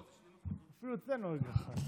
בבקשה.